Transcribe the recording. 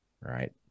right